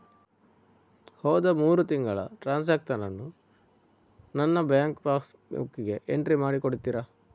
ಹೋದ ಮೂರು ತಿಂಗಳ ಟ್ರಾನ್ಸಾಕ್ಷನನ್ನು ನನ್ನ ಬ್ಯಾಂಕ್ ಪಾಸ್ ಬುಕ್ಕಿಗೆ ಎಂಟ್ರಿ ಮಾಡಿ ಕೊಡುತ್ತೀರಾ?